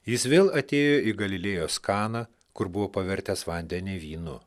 jis vėl atėjo į galilėjos kaną kur buvo pavertęs vandenį vynu